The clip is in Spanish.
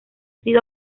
sido